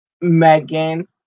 Megan